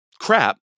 crap